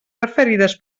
referides